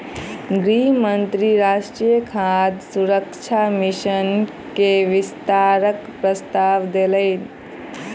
गृह मंत्री राष्ट्रीय खाद्य सुरक्षा मिशन के विस्तारक प्रस्ताव देलैन